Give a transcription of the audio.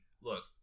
look